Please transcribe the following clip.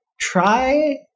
try